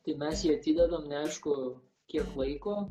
tai mes jį atidedam neaišku kiek laiko